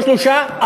לא שלושה,